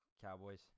Cowboys